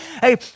Hey